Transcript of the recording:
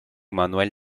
manuela